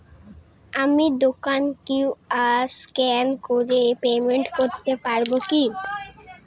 আমি দোকানে QR scan করে পেমেন্ট করতে পারবো কি?